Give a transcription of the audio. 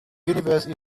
universe